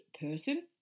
person